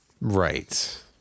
Right